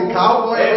cowboy